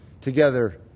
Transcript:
together